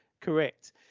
correct